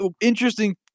interesting